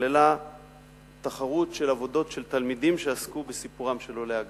כללה תחרות של עבודות תלמידים שעסקו בסיפורם של עולי הגרדום.